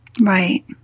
Right